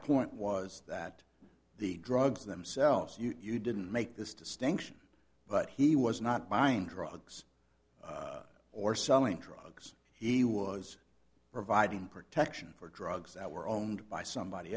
point was that the drugs themselves you didn't make this distinction but he was not buying drugs or selling drugs he was providing protection for drugs that were owned by somebody